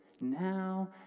now